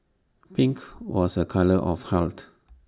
pink was A colour of health